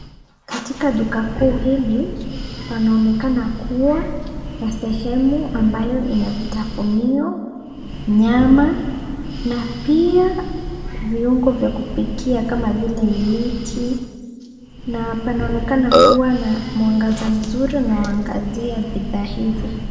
Katika duka kuu hili panaonekana kuwa na sehemu ambayo ina vitafunio, nyama na pia viungo vya kupikia kama vile iliki na panaonekana kuwa na mwangaza mzuri unaoangazia bidhaa hizi.